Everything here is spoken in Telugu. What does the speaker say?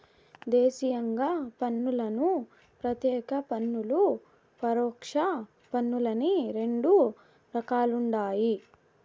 దేశీయంగా పన్నులను ప్రత్యేక పన్నులు, పరోక్ష పన్నులని రెండు రకాలుండాయి